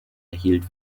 erhielt